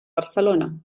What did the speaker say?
barcelona